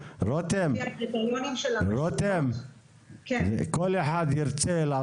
עודפי פירות וירקות ומוצרי מזון בשווי 500 שקלים כל החבילה עצמה.